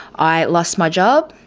i lost my job,